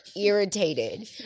irritated